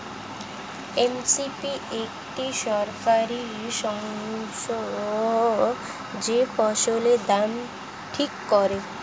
M S P একটি সরকারি সংস্থা যে ফসলের দাম ঠিক করে